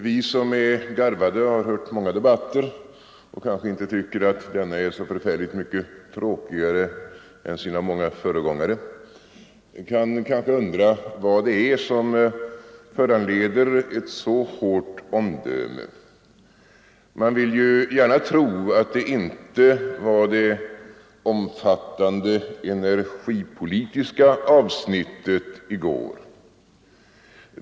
Vi som är garvade och har hört många debatter och kanske inte tycker att denna är så förfärligt mycket tråkigare än många av sina föregångare kan kanske undra vad det är som föranleder ett så hårt omdöme. Man vill ju gärna tro att det inte var det omfattande energipolitiska avsnittet i går.